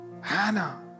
Hannah